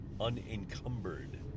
unencumbered